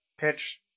Pitch